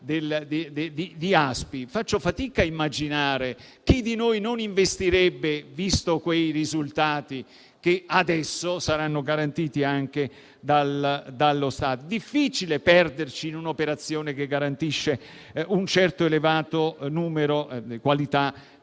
di ASPI. Faccio fatica a immaginare chi di noi non investirebbe visti quei risultati, che adesso saranno garantiti anche dallo Stato. È difficile perderci in un'operazione che garantisce un'elevata qualità